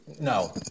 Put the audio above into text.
no